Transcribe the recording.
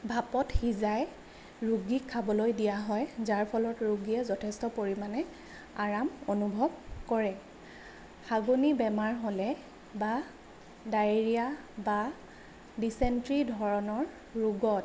ভাপত সিজাই ৰোগীক খাবলৈ দিয়া হয় যাৰ ফলত ৰোগীয়ে যথেষ্ট পৰিমাণে আৰাম অনুভৱ কৰে হাগনী বেমাৰ হ'লে বা ডায়েৰিয়া বা ডিচেণ্ট্ৰি ধৰণৰ ৰোগত